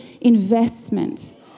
investment